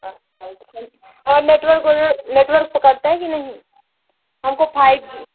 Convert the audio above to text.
अच्छा अच्छा और नेटव नेटवर्क पकड़ता है कि नहीं हमको फाइव जी